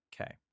Okay